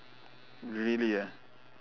really ah